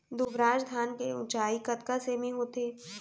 दुबराज धान के ऊँचाई कतका सेमी होथे?